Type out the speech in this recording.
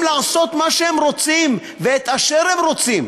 לעשות מה שהם רוצים ואת אשר הם רוצים,